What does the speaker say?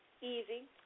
easy